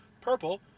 Purple